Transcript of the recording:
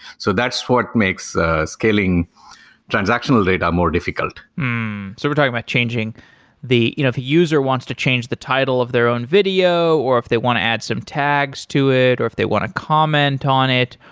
so that's what makes scaling transactional data more difficult we're talking about changing the you know if a user wants to change the title of their own video, or if they want to add some tags to it, or if they want to comment on it,